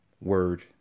word